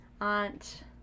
aunt